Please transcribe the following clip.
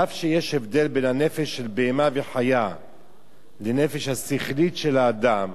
ואף שיש הבדל בין הנפש של בהמה וחיה לנפש השכלית של האדם,